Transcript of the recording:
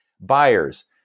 buyers